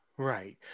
Right